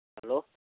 hello